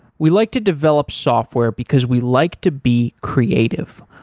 we like to develop software, because we like to be creative.